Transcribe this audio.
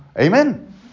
Amen